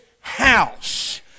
house